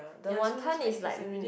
the wanton is like